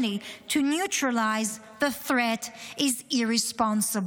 to neutralize the threat is irresponsible.